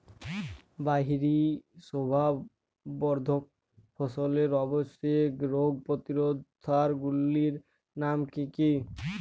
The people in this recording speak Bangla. বাহারী শোভাবর্ধক ফসলের আবশ্যিক রোগ প্রতিরোধক সার গুলির নাম কি কি?